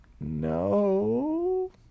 No